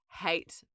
hate